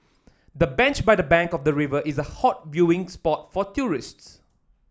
the bench by the bank of the river is a hot viewing spot for tourists